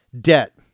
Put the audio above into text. Debt